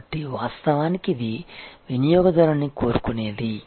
కాబట్టి వాస్తవానికి ఇది వినియోగదారుని కోరుకునేది